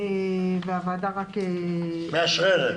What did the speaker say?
והוועדה רק --- מאשררת,